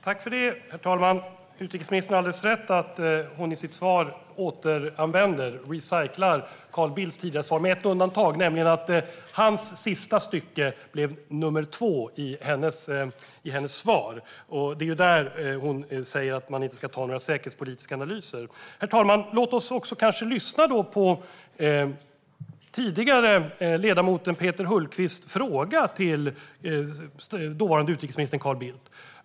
Herr talman! Utrikesministern har alldeles rätt i att hon återanvänder, recyclar, Carl Bildts tidigare svar med ett undantag, nämligen att hans sista stycke blev nr 2 i hennes svar. Det är där hon säger att man inte ska tydliggöra några säkerhetspolitiska analyser. Herr talman! Låt oss kanske också lyssna på tidigare ledamoten Peter Hultqvists fråga till dåvarande utrikesministern Carl Bildt.